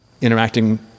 interacting